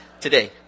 today